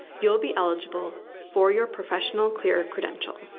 you'll be eligible for your professional clear credential.